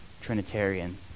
Trinitarian